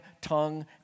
tongue